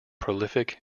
prolific